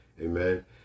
Amen